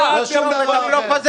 --- לא שום דבר אחר.